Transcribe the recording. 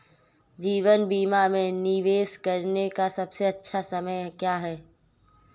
जीवन बीमा में निवेश करने का सबसे अच्छा समय क्या है?